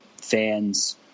fans